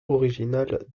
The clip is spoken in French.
originale